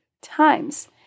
times